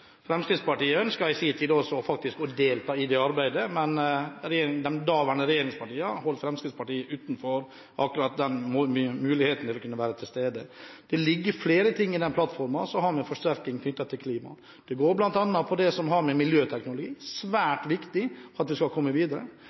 Fremskrittspartiet ønsket i sin tid faktisk også å delta i det arbeidet, men de daværende regjeringspartiene holdt Fremskrittspartiet utenfor den muligheten. Det ligger flere ting i plattformen som har med forsterking av klimapolitikken å gjøre. Det går bl.a. på det som har med miljøteknologi å gjøre. Det er svært viktig at vi kommer videre.